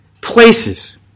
places